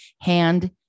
hand